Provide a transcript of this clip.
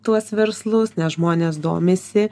tuos verslus nes žmonės domisi